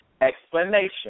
explanation